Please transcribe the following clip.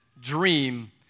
dream